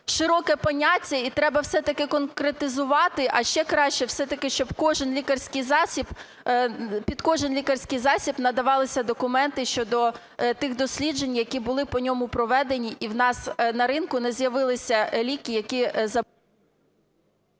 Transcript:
широке поняття і треба все-таки конкретизувати. А ще краще все-таки, щоб під кожен лікарський засіб надавалися документи щодо тих досліджень, які були по ньому проведені, і в нас на ринку не з'явилися ліки, які...